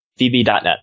VB.net